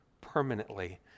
permanently